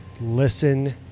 listen